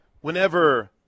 whenever